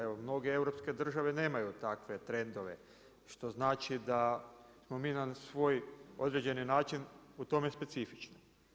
Evo, mnoge europske države nemaju takve trendove, što znači da smo mi na svoj određeni način u tome specifični.